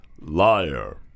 Liar